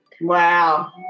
Wow